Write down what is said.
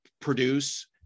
produce